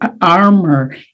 armor